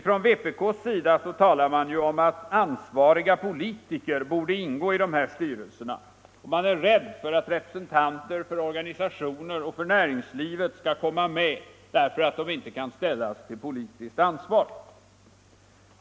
Från vpk:s sida talar man om att ansvariga politiker borde ingå i de här styrelserna, och man är rädd för att representanter för organisationer och näringsliv skall komma med därför att de inte kan ställas till politiskt ansvar.